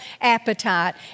appetite